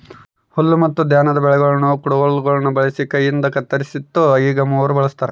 ಹುಲ್ಲುಮತ್ತುಧಾನ್ಯದ ಬೆಳೆಗಳನ್ನು ಕುಡಗೋಲುಗುಳ್ನ ಬಳಸಿ ಕೈಯಿಂದಕತ್ತರಿಸ್ತಿತ್ತು ಈಗ ಮೂವರ್ ಬಳಸ್ತಾರ